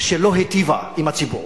שלא היטיבה עם הציבור.